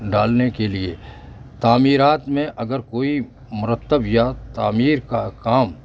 ڈالنے کے لیے تعمیرات میں اگر کوئی مرتب یا تعمیر کا کام